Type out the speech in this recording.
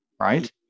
right